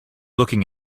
looking